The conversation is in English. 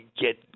get